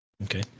Okay